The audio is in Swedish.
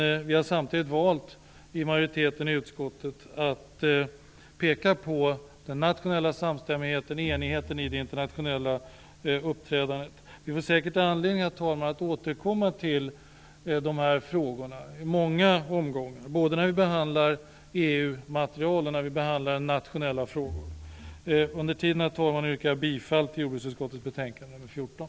Samtidigt har vi i utskottsmajoriteten valt att peka på den nationella samstämmigheten och enigheten i det internationella uppträdandet. Herr talman! Vi får säkert anledning att återkomma till dessa frågor i många omgångar, när vi behandlar EU-material såväl som nationella frågor. Under tiden yrkar jag bifall till utskottets hemställan i jordbruksutskottets betänkande nr 14.